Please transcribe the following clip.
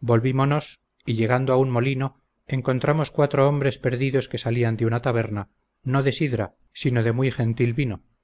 volvimonos y llegando a un molino encontramos cuatro hombres perdidos que salían de una taberna no de sidra sino de muy gentil vino